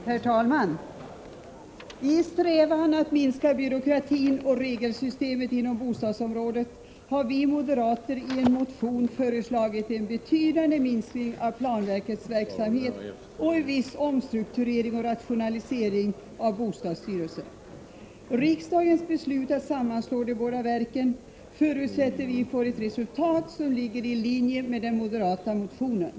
Herr talman! I en strävan att minska byråkratin och regelsystemet inom bostadsområdet har vi moderater i en motion föreslagit en betydande minskning av planverkets verksamhet och en viss omstrukturering och rationaliering av bostadsstyrelsen. Riksdagens beslut att sammanslå de båda verken förutsätter vi får ett resultat som ligger i linje med den moderata motionen.